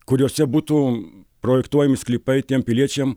kuriuose būtų projektuojami sklypai tiem piliečiam